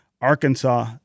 Arkansas